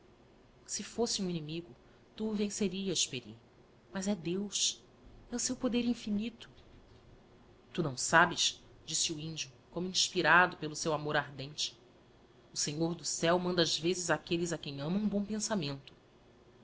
se fosse um inimigo tu o vencerias pery mas é deus e o seu poder infinito tu não sabes disse o indio como inspirado digiti zedby google pelo seu amor ardente o senhor do céu manda ás vezes áquelles a quem ama um bom pensamento